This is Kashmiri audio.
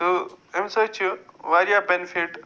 تہٕ اَمہِ سۭتۍ چھِ وارِیاہ بٮ۪نِفِٹ